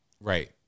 Right